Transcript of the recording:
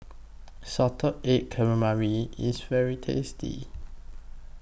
Salted Egg Calamari IS very tasty